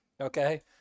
okay